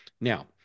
Now